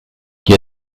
qui